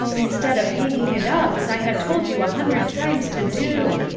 instead of hanging it up, as i have told you a hundred times to do.